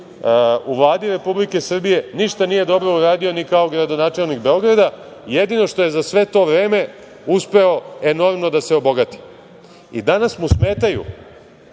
u Vladi Republike Srbije, ništa nije dobro uradio ni kao gradonačelnik Beograda. Jedino što je za sve to vreme uspeo je da se enormno obogati. Danas mu smeta